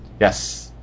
Yes